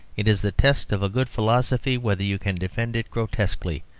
it is the test of a good philosophy whether you can defend it grotesquely.